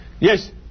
yes